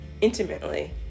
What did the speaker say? intimately